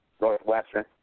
Northwestern